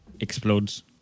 explodes